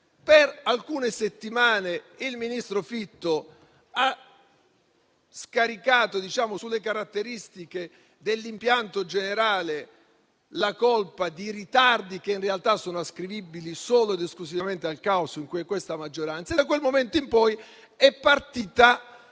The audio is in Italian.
Per alcune settimane il ministro Fitto ha scaricato sulle caratteristiche dell'impianto generale la colpa di ritardi che in realtà sono ascrivibili solo ed esclusivamente al caos in cui è la maggioranza e, da quel momento in poi, è partita